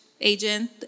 agent